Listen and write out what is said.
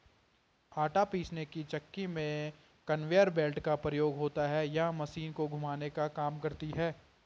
आटा पीसने की चक्की में कन्वेयर बेल्ट का प्रयोग होता है यह मशीन को घुमाने का काम करती है